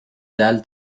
dalles